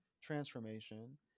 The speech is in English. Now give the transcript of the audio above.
transformation